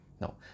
No